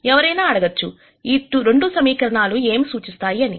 ఎవరైనా అడగొచ్చుఈ 2 సమీకరణాలు ఏమి సూచిస్తాయి అని